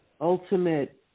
ultimate